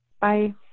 Bye